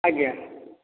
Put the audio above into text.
ଆଜ୍ଞା